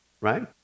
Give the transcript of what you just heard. right